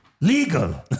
Legal